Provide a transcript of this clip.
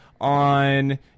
on